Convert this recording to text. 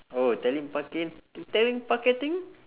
oh telemarket~ telemarketing